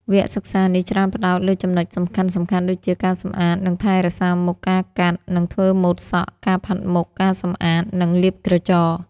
វគ្គសិក្សានេះច្រើនផ្តោតលើចំណុចសំខាន់ៗដូចជា ការសម្អាត និងថែរក្សាមុខ ការកាត់ និងធ្វើម៉ូដសក់ ការផាត់មុខ ការសម្អាត និងលាបក្រចក។